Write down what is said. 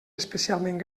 especialment